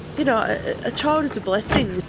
you know a child is a blessing,